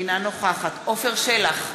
אינה נוכחת עפר שלח,